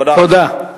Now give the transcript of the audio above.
תודה רבה.